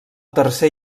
tercer